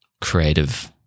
creative